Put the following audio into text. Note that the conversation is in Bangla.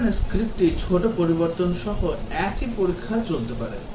যেখানে স্ক্রিপ্টটি ছোট পরিবর্তন সহ একই পরীক্ষা চলতে পারে